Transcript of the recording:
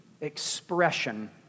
expression